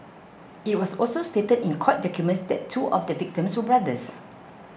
it was also stated in court documents that two of the victims were brothers